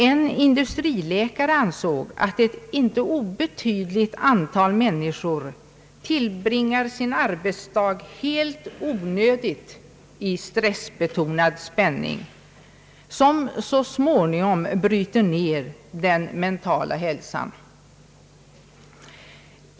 En industriläkare ansåg att ett inte obetydligt antal människor tillbringar sin arbetsdag helt onödigt i stressbetonad spänning, som så småningom bryter ned den mentala hälsan.